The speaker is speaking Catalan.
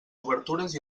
obertures